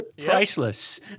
Priceless